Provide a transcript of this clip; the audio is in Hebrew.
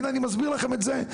הנה אני מסביר לכם את זה,